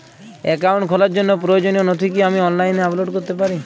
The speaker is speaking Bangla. অ্যাকাউন্ট খোলার জন্য প্রয়োজনীয় নথি কি আমি অনলাইনে আপলোড করতে পারি?